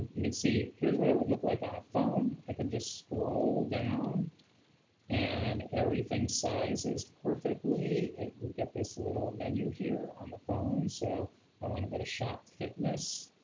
you can see, here's what it would look like on a phone. i can just scroll down and everything sizes perfectly. we get this little menu here on the phone. so i want to go to shop, fitness.